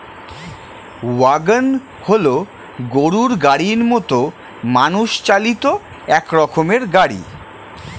wagon হল গরুর গাড়ির মতো মানুষ চালিত এক রকমের গাড়ি